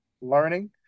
Learning